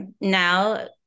now